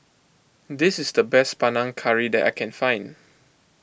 this is the best Panang Curry that I can find